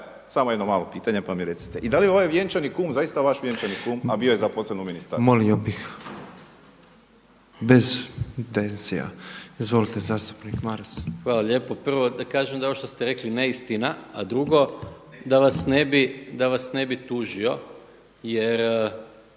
samo jedno malo pitanje pa mi recite, i da li je ovaj vjenčani kum zaista vaš vjenčani kum a bio je zaposlen u ministarstvu. **Petrov, Božo (MOST)** Molio bih bez tenzija. Izvolite, zastupnik Maras. **Maras, Gordan (SDP)** Hvala lijepo. Prvo da kažem da je ovo što ste rekli neistina, a drugo da vas ne bi tužio jer